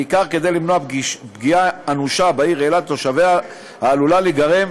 בעיקר כדי למנוע פגיעה אנושה בעיר אילת ותושביה העלולה להיגרם